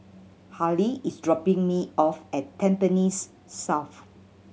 Hali is dropping me off at Tampines South